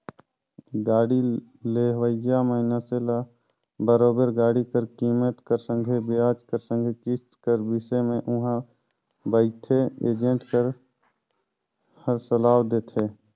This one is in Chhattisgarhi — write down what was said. गाड़ी लेहोइया मइनसे ल बरोबेर गाड़ी कर कीमेत कर संघे बियाज कर संघे किस्त कर बिसे में उहां बइथे एजेंट हर सलाव देथे